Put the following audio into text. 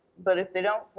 but if they don't,